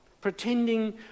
Pretending